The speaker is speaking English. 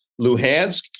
Luhansk